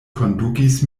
kondukis